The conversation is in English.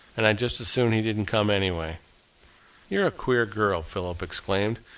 and i'd just as soon he didn't come, anyway you're a queer girl, philip exclaimed.